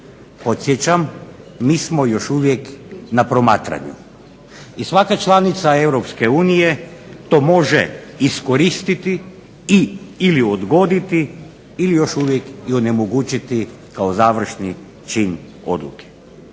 Podsjećam mi smo još uvijek na promatranju. I svaka članica EU to može iskoristiti i/ili odgoditi ili još uvijek i onemogućiti kao završni čin odluke.